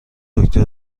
دکتر